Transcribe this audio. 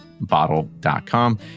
bottle.com